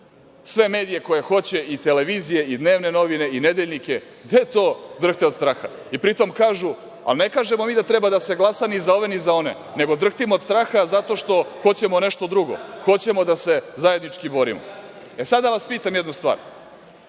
sve medije koje hoće i televizije i dnevne novine i nedeljnike, gde to drhte od straha? I pri tom kažu – al, ne kažemo mi da treba da se glasa ni za ove ni za one, nego drhtimo od straha zato što hoćemo nešto drugo, hoćemo da se zajednički borimo. Sada da vas pitam jednu stvar.